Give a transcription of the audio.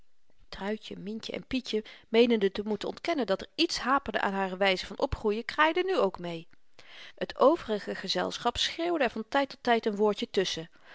truitje myntje en pietje meenende te moeten ontkennen dat er iets haperde aan hare wyze van opgroeien kraaiden nu ook mee t overige gezelschap schreeuwde er van tyd tot tyd n woordje tusschen